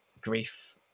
grief